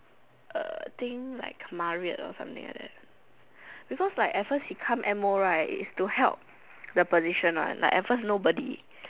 uh think like Marriott or something like that because at first like he come M O right is to help the position one like at first nobody